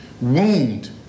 wound